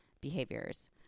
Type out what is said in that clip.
behaviors